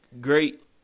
great